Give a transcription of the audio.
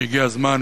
שהגיע הזמן,